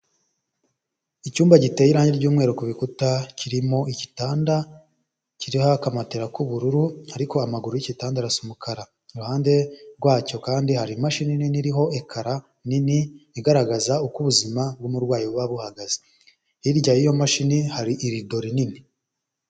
Icyumba giteye irangi ry'umweru ku bikuta kirimo igitanda kiriho akamatera k'ubururu, ariko amaguru y'igitanda arasa umukara, iruhande rwacyo kandi hari imashini nini iriho ekara nini igaragaza uko ubuzima bw'umurwayi buba buhagaze, hirya y'iyo mashini hari irido rinini.